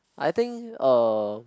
I think uh